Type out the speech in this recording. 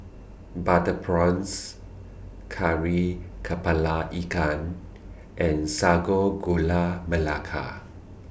Butter Prawns Kari Kepala Ikan and Sago Gula Melaka